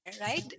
right